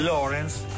Lawrence